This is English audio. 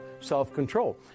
self-control